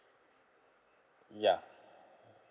ya